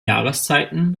jahreszeiten